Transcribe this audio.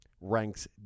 ranks